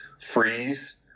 Freeze